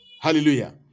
Hallelujah